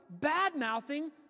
bad-mouthing